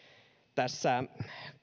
tässä